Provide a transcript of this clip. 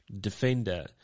defender